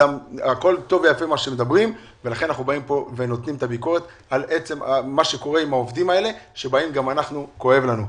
אנחנו נותנים את הביקורת לגבי מה שקורה עם העובדים האלה כי זה כואב לנו.